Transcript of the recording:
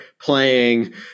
playing